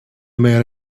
man